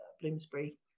Bloomsbury